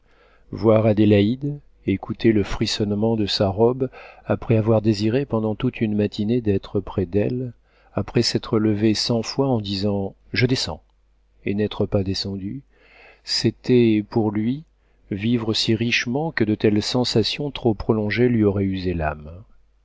voir adélaïde écouter le frissonnement de sa robe après avoir désiré pendant toute une matinée d'être près d'elle après s'être levé cent fois en disant je descends et n'être pas descendu c'était pour lui vivre si richement que de telles sensations trop prolongées lui auraient usé l'âme